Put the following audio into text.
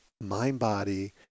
mind-body